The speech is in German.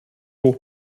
hoch